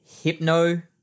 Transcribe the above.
Hypno